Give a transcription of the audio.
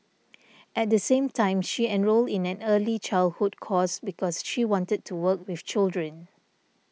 at the same time she enrolled in an early childhood course because she wanted to work with children